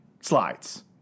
Slides